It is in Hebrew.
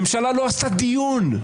הממשלה לא עשתה דיון.